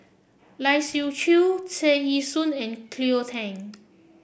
Lai Siu Chiu Tear Ee Soon and Cleo Thang